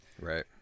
Right